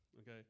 okay